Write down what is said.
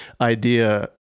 idea